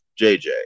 JJ